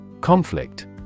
Conflict